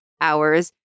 hours